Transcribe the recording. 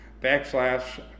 backslash